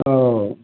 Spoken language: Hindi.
और